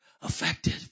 affected